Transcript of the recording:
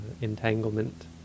entanglement